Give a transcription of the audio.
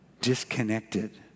disconnected